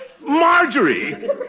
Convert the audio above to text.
Marjorie